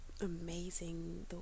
amazing